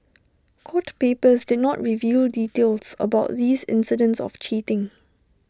court papers did not reveal details about these incidents of cheating